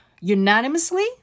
unanimously